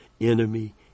enemy